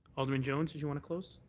alderman jones, did you want to close?